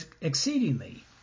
exceedingly